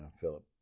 Philip